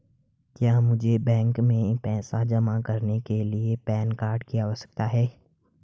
क्या मुझे बैंक में पैसा जमा करने के लिए पैन कार्ड की आवश्यकता है?